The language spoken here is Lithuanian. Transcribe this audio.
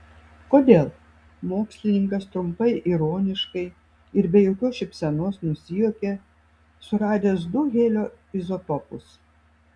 kodėl mokslininkas trumpai ironiškai ir be jokios šypsenos nusijuokė suradęs du helio izotopus